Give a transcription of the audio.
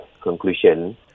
conclusion